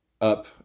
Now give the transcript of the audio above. up